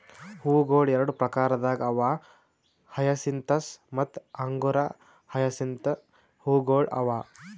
ಹೂವುಗೊಳ್ ಎರಡು ಪ್ರಕಾರದಾಗ್ ಅವಾ ಹಯಸಿಂತಸ್ ಮತ್ತ ಅಂಗುರ ಹಯಸಿಂತ್ ಹೂವುಗೊಳ್ ಅವಾ